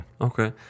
Okay